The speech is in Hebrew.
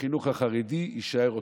שהחינוך החרדי יישאר אוטונומי.